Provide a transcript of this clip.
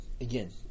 Again